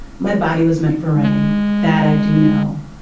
my body was meant for running that i do know.